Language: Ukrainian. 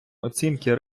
оцінки